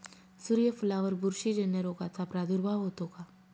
सूर्यफुलावर बुरशीजन्य रोगाचा प्रादुर्भाव होतो का?